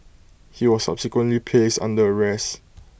he was subsequently placed under arrest